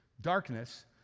darkness